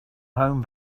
home